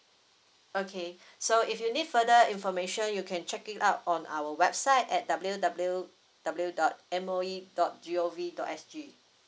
okay so if you need further information you can check it out on our website at W W W dot M O E dot G O V dot S G